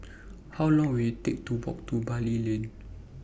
How Long Will IT Take to Walk to Bilal Lane